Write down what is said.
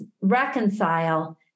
reconcile